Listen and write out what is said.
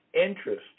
Interest